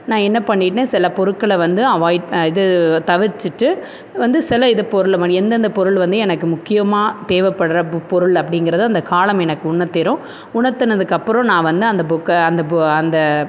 நான் என்ன பண்ணிட்டேன் சில பொருட்களை வந்து அவாய்ட் இது தவிர்த்துட்டு வந்து சில இது பொருள் மன் எந்தெந்த பொருள் வந்து எனக்கு முக்கியமாக தேவைப்பட்ற பொ பொருள் அப்படிங்கிறத அந்த காலம் எனக்கு உணர்த்திடும் உணர்த்தினதுக்கப்பறோம் நான் வந்து அந்த புக்கை அந்த பு அந்த